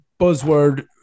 buzzword